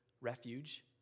refuge